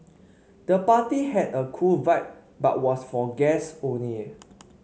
the party had a cool vibe but was for guests only